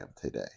today